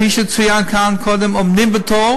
כפי שצוין כאן קודם, עומדים בתור